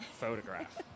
photograph